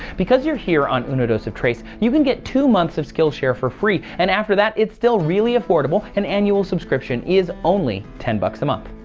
because you're here on notice of trace, you can get two months of skill share for free. and after that it's still really affordable. an annual subscription is only ten bucks a month.